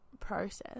process